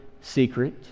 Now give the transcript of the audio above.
secret